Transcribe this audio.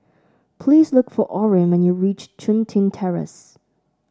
please look for Orin when you reach Chun Tin Terrace